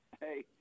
Hey